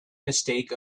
mistake